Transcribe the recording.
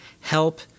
help